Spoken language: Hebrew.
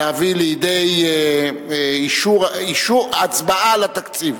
להביא לידי הצבעה על התקציב,